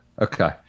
okay